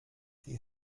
die